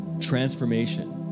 transformation